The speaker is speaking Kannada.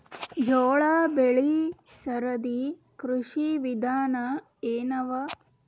ಜೋಳ ಬೆಳಿ ಸರದಿ ಕೃಷಿ ವಿಧಾನ ಎನವ?